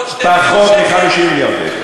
פחות מ-50 מיליון שקל.